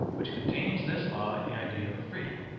which contains this law in the idea of freedom,